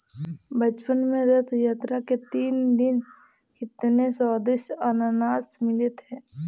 बचपन में रथ यात्रा के दिन कितने स्वदिष्ट अनन्नास मिलते थे